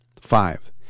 Five